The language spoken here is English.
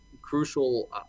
crucial